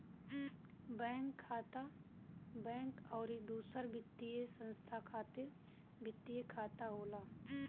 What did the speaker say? bank खाता, bank अउरी दूसर वित्तीय संस्था खातिर वित्तीय खाता होला